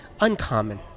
uncommon